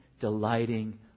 delighting